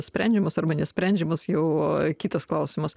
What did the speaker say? sprendžiamos arba nesprendžiamos jau kitas klausimas